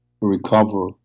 recover